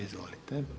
Izvolite.